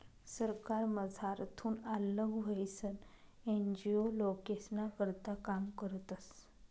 सरकारमझारथून आल्लग व्हयीसन एन.जी.ओ लोकेस्ना करता काम करतस